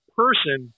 person